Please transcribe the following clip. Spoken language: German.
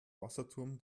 wasserturm